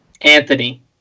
Anthony